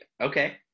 Okay